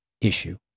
issue